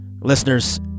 Listeners